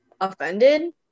offended